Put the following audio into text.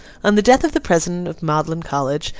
on the death of the president of magdalen college,